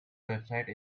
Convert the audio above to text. website